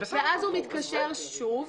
ואז הוא מתקשר שוב